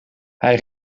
hij